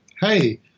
Hey